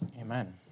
Amen